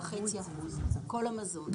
5.5% אחוז על כל המזון.